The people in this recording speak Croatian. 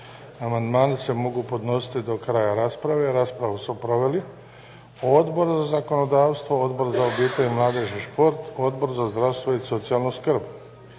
Amandmani se mogu podnositi do kraja rasprave. Raspravu su proveli Odbor za zakonodavstvo, Odbor za obitelj, mladež i šport, Odbor za zdravstvo i socijalnu skrb.